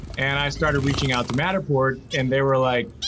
and i started reaching out to matterport, and they were like,